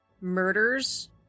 murders